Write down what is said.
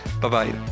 bye-bye